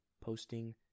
posting